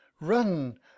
run